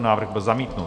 Návrh byl zamítnut.